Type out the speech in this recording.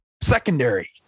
secondary